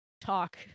talk